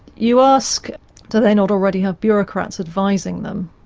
you ask do they not already have bureaucrats advising them.